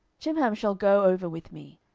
chimham shall go over with me,